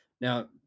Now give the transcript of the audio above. Now